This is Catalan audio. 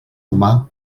humà